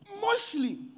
Mostly